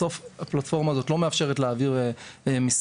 בסוף הפלטפורמה הזו לא מאפשרת להעביר מסמכים,